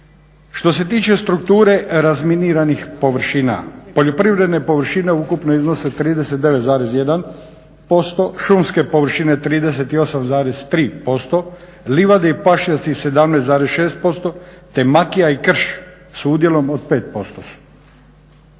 Što se tiče strukture razminiranih površina poljoprivredne površine ukupno iznose 39,1%, šumske površine 38,3%, livade i pašnjaci 17,6%, te makija i krš s udjelom od 5%.